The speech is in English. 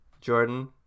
Jordan